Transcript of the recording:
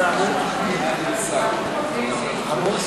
11, כהצעת הוועדה, נתקבלו.